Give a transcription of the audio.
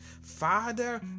Father